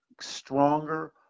stronger